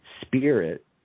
spirit